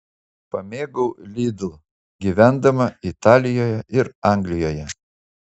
pamėgau lidl gyvendama italijoje ir anglijoje